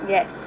Yes